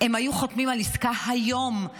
הם היו חותמים על עסקה היום,